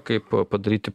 kaip padaryti